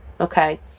Okay